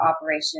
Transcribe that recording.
operation